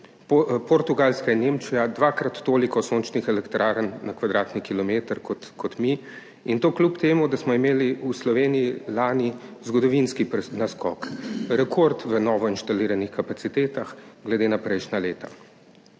Portugalska in Nemčija dvakrat toliko sončnih elektrarn na kvadratni kilometer kot mi, in to kljub temu, da smo imeli v Sloveniji lani zgodovinski naskok, rekord v novo instaliranih kapacitetah glede na prejšnja leta.